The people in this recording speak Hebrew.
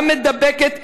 גם מידבקת,